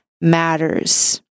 matters